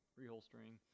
reholstering